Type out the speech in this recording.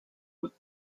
with